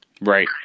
right